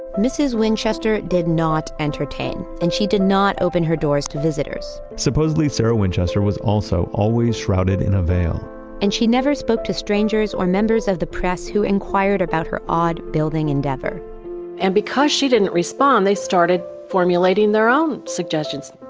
mrs. winchester did not entertain and she did not open her doors to visitors supposedly, sarah winchester was also always shrouded in a veil and she never spoke to strangers or members of the press who inquired about her odd building endeavor and because she didn't respond, they started formulating their own suggestions.